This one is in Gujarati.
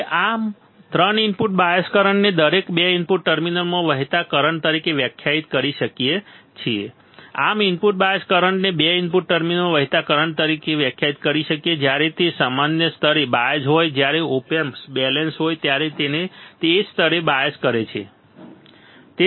હવે આમ 3 ઇનપુટ બાયઝ કરંટને દરેક 2 ઇનપુટ ટર્મિનલમાં વહેતા કરંટ તરીકે વ્યાખ્યાયિત કરી શકાય છે આમ ઇનપુટ બાયઝ કરંટને 2 ઇનપુટ ટર્મિનલ્સમાં વહેતા કરંટ તરીકે વ્યાખ્યાયિત કરી શકાય છે જ્યારે તેઓ સમાન સ્તરે બાયઝ હોય જ્યારે ઓપ એમ્પ બેલેન્સ હોય ત્યારે તેઓ એ જ સ્તરે બાયઝ કરે છે બરાબર